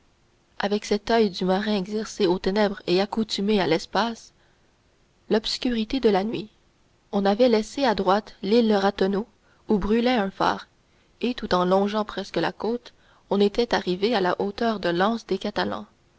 avec cet oeil du marin exercé aux ténèbres et accoutumé à l'espace l'obscurité de la nuit on avait laissé à droite l'île ratonneau où brûlait un phare et tout en longeant presque la côte on était arrivé à la hauteur de l'anse des catalans